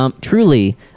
truly